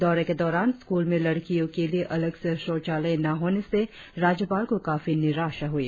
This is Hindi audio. दौरे के दौरान स्क्रल में लड़कियों के लिए अलग से शौचालय न होने से राज्यपाल को काफी निराशा हुई